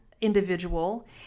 individual